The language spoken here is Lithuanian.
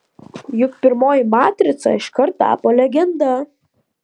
juk pirmoji matrica iškart tapo legenda